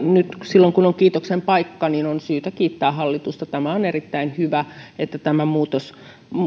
silloin kun on kiitoksen paikka on syytä kiittää hallitusta on erittäin hyvä että tämä muutos